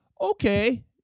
Okay